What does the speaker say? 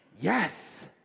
yes